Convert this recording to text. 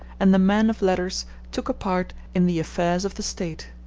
and the man of letters took a part in the affairs of the state.